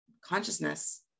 consciousness